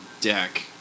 deck